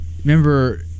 remember